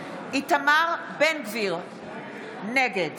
איתמר בן גביר, נגד